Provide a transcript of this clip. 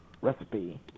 recipe